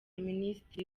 minisitiri